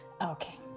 Okay